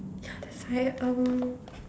ya that's why um